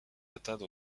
atteints